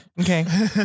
Okay